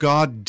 God